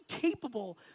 capable